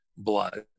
blood